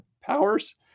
powers